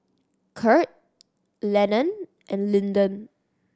Kurt Lennon and Lyndon